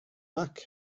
mack